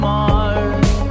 Mars